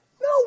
No